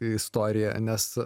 istoriją nes